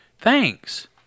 Thanks